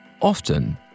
Often